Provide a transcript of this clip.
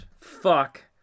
Fuck